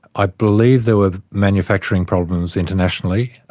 i believe there were manufacturing problems internationally,